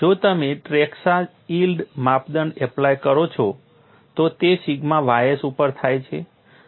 જો તમે ટ્રેસ્કા યીલ્ડ માપદંડ એપ્લાય કરો છો તો તે સિગ્મા ys ઉપર થાય છે